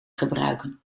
gebruiken